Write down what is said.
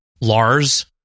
Lars